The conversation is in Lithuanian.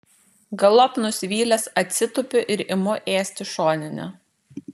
galop nusivylęs atsitupiu ir imu ėsti šoninę